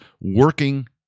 working